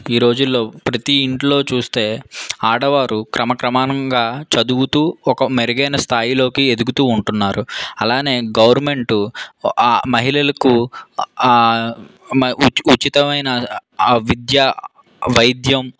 ఈరోజుల్లో ప్రతి ఇంట్లో చూస్తే ఆడవారు క్రమక్రమంగా చదువుతు ఒక మెరుగైన స్థాయిలోకి ఎదుగుతు ఉంటున్నారు అలానే గవర్నమెంట్ ఆ మహిళలకు ఉచితమైన ఆ విద్య వైద్యం